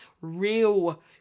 real